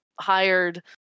hired